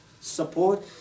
Support